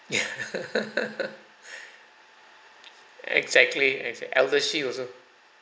ya exactly and say I also she also